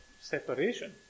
separation